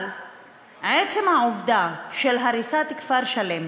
אבל עצם העובדה של הריסת כפר שלם